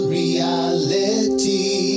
reality